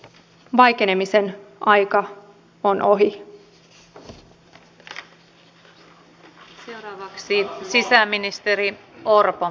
vaikenemisen aika on ohi